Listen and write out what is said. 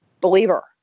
believer